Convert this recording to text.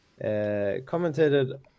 commentated